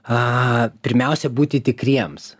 a pirmiausia būti tikriems